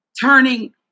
turning